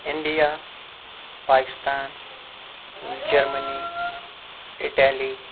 India Pakistan Germany Italy